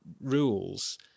rules